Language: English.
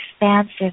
expansive